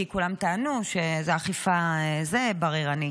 כי כולם טענו שזו אכיפה בררנית,